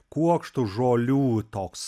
kuokštus žolių toks